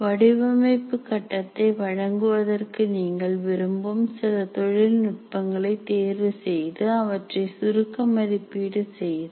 வடிவமைப்பு கட்டத்தை வழங்குவதற்கு நீங்கள் விரும்பும் சில தொழில்நுட்பங்களை தேர்வு செய்து அவற்றை சுருக்க மதிப்பீடு செய்தல்